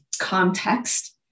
context